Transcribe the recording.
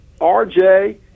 RJ